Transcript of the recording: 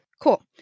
Cool